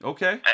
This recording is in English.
Okay